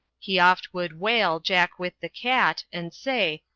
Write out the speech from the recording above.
he oft would whale jack with the cat, and say,